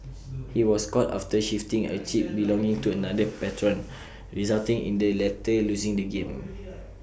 he was caught after shifting A chip belonging to another patron resulting in the latter losing the game